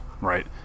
right